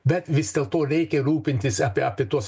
bet vis dėlto reikia rūpintis apie tuos